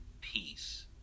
peace